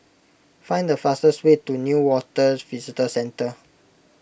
find the fastest way to Newater Visitor Centre